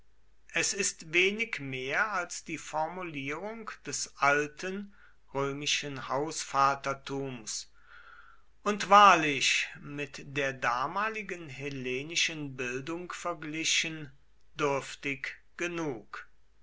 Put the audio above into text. es ist wenig mehr als die formulierung des alten römischen hausvatertums und wahrlich mit der damaligen hellenischen bildung verglichen dürftig genug